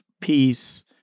peace